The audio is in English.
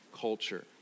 culture